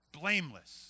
blameless